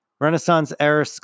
Renaissance-era